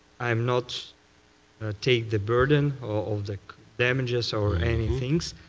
i'm not taking the burden of the damages or anythings.